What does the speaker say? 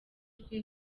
twe